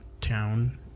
town